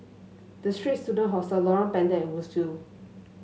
The Straits Students Hostel Lorong Pendek and Woodsville